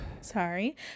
Sorry